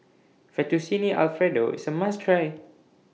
Fettuccine Alfredo IS A must Try